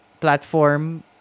platform